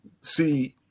See